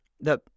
The-